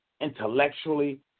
intellectually